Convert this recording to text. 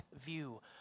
view